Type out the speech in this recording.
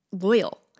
loyal